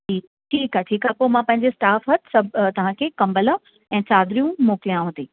ठीकु ठीकु आहे ठीकु आहे पोइ मां पंहिंजे स्टाफ़ वटि सभु तव्हांखे कंबल ऐं चाधिरियूं मोकिलियाव थी